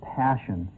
passion